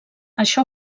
això